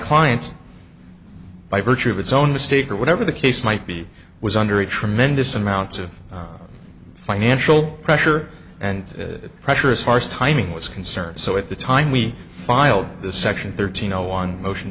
clients by virtue of its own mistake or whatever the case might be was under a tremendous amount of financial pressure and pressure is far as timing was concerned so at the time we filed this section thirteen